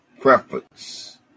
preference